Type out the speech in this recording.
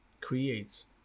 creates